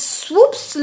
swoops